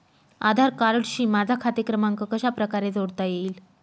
आधार कार्डशी माझा खाते क्रमांक कशाप्रकारे जोडता येईल?